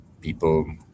people